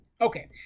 Okay